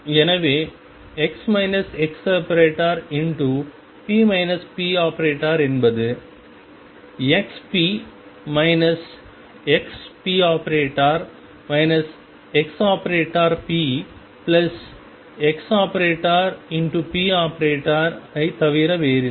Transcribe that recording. எனவே ⟨x ⟨x⟩p ⟨p⟩⟩ என்பது ⟨xp x⟨p⟩ ⟨x⟩p⟨x⟩⟨p⟩⟩ ஐத் தவிர வேறில்லை